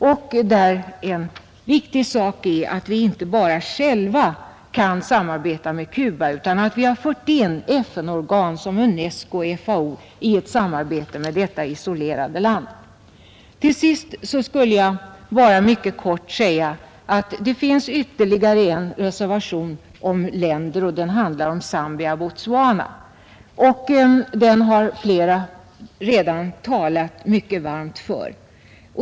En viktig sak är att vi inte bara själva skall samarbeta med Cuba, utan att vi också har fört in FN-organ som UNESCO och FAO i samarbete med detta isolerade land. Till sist skulle jag vilja mycket kort säga att det finns ytterligare en reservation om länder, och den handlar om Zambia och Botswana. Den har flera redan talat mycket varmt för.